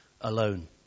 alone